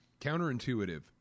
counterintuitive